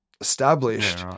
established